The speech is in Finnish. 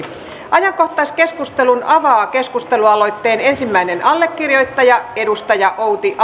ajankohtaiskeskustelun avaa keskustelualoitteen ensimmäinen allekirjoittaja edustaja outi alanko